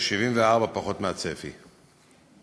74 פחות מהצפי.